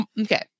Okay